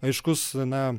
aiškus na